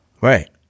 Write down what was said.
right